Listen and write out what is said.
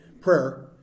prayer